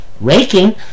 raking